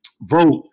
vote